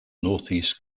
northeast